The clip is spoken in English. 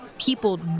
people